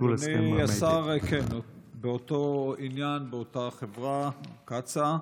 אדוני השר, באותו עניין, באותה חברה, קצא"א,